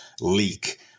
leak